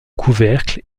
couvercle